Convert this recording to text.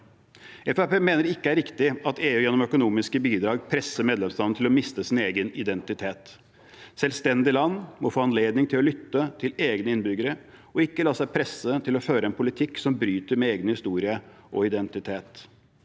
mener det ikke er riktig at EU gjennom økonomiske bidrag presser medlemsland til å miste sin egen identitet. Selvstendige land må få anledning til å lytte til egne innbyggere og ikke la seg presse til å føre en politikk som bryter med egen historie og identitet.